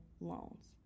loans